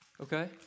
okay